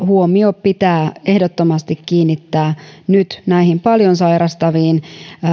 huomio pitää ehdottomasti kiinnittää nyt näihin paljon sairastaviin